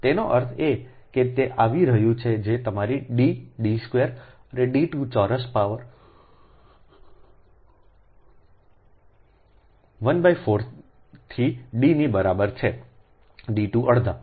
તેનો અર્થ એ કે તે આવી રહ્યું છે જે તમારી D D સ્ક્વેર અને d2 ચોરસ પાવર 1 બાય 4 થી D ની બરાબર છેd2 અડધા